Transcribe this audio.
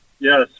Yes